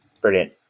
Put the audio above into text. brilliant